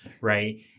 right